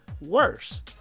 worse